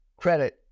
credit